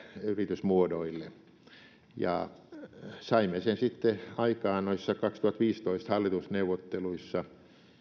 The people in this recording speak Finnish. yritysmuodoille saimme sen sitten aikaan noissa vuoden kaksituhattaviisitoista hallitusneuvotteluissa